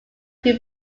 who